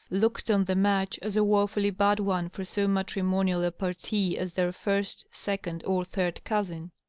looked on the match as a wofiilly bad one for so matrimonial a parti as their first, second or third-cousin.